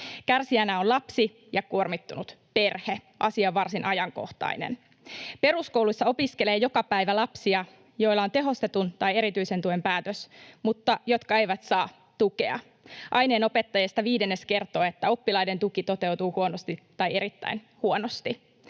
Kärsijänä on lapsi ja kuormittunut perhe. Asia on varsin ajankohtainen. Peruskouluissa opiskelee joka päivä lapsia, joilla on tehostetun tai erityisen tuen päätös, mutta jotka eivät saa tukea. Aineenopettajista viidennes kertoo, että oppilaiden tuki toteutuu huonosti tai erittäin huonosti.